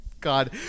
God